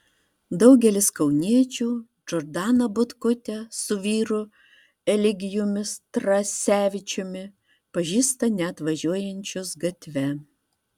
daugelis kauniečių džordaną butkutę su vyru elegijumi strasevičiumi pažįsta net važiuojančius gatve